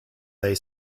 they